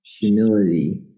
humility